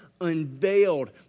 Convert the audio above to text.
unveiled